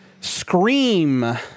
Scream